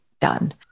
done